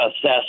assess